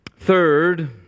Third